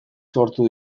sortu